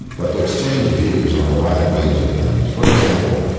but to exchange views on a wide range of things. for example,